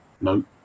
no